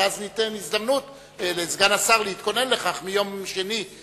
אבל אז ניתן הזדמנות לסגן השר להתכונן לכך מיום שני.